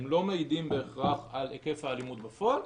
הם לא מעידים בהכרח על היקף האלימות בפועל.